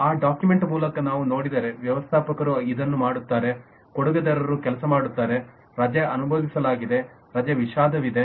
ಆ ಡಾಕ್ಯುಮೆಂಟ್ ಮೂಲಕ ನೀವು ನೋಡಿದರೆ ವ್ಯವಸ್ಥಾಪಕರು ಇದನ್ನು ಮಾಡುತ್ತಾರೆ ಕೊಡುಗೆದಾರರು ಕೆಲಸ ಮಾಡುತ್ತಾರೆ ರಜೆ ಅನುಮೋದಿಸಲಾಗಿದೆ ರಜೆ ವಿಷಾದವಿದೆ